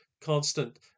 constant